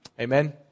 Amen